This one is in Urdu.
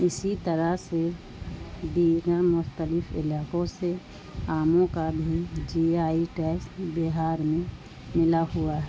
اسی طرح سے دیگر مختلف علاقوں سے آموں کا بھی جی آئی ٹیگس بہار میں ملا ہوا ہے